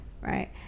right